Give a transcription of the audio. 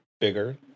bigger